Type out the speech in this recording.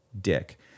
dick